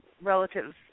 relatives